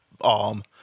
arm